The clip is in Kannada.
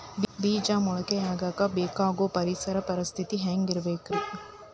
ಬೇಜ ಮೊಳಕೆಯಾಗಕ ಬೇಕಾಗೋ ಪರಿಸರ ಪರಿಸ್ಥಿತಿ ಹ್ಯಾಂಗಿರಬೇಕರೇ?